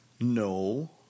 no